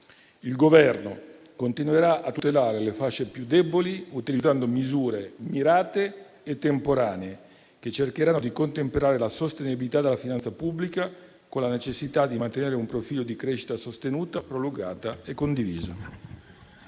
Il Governo continuerà a tutelare le fasce più deboli utilizzando misure mirate e temporanee, che cercheranno di contemperare la sostenibilità della finanza pubblica con la necessità di mantenere un profilo di crescita sostenuta, prolungata e condivisa.